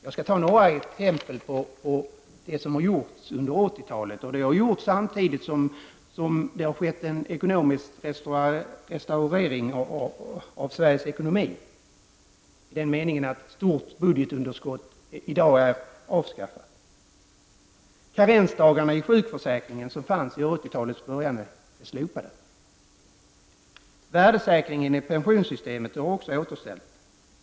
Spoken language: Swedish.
Jag skall ta upp några exempel på det som har gjorts under 80-talet, och det har skett samtidigt med att det har genomförts en restaurering av Sveriges ekonomi i den meningen att ett stort budgetunderskott i dag är avskaffat. Karensdagarna inom sjukförsäkringen, som fanns vid 80-talets början, är nu slopade. Värdesäkringen inom pensionssystemet är också återställd.